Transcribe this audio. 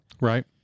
Right